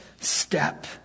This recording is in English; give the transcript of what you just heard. step